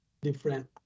different